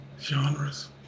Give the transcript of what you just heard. genres